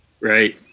Right